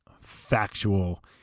factual